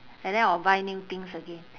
and then I'll buy new things again